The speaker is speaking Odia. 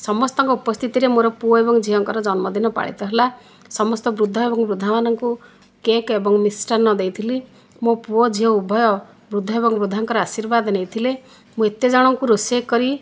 ସମସ୍ତଙ୍କ ଉପସ୍ଥିତିରେ ମୋର ପୁଅ ଏବଂ ଝିଅଙ୍କର ଜନ୍ମଦିନ ପାଳିତ ହେଲା ସମସ୍ତ ବୃଦ୍ଧ ଏବଂ ବୃଦ୍ଧାମାନଙ୍କୁ କେକ୍ ଏବଂ ମିଷ୍ଟାନ୍ନ ଦେଇଥିଲି ମୋ ପୁଅ ଝିଅ ଉଭୟ ବୃଦ୍ଧ ଏବଂ ବୃଦ୍ଧାଙ୍କର ଆଶୀର୍ବାଦ ନେଇଥିଲେ ମୁଁ ଏତେ ଜଣଙ୍କୁ ରୋଷେଇ କରି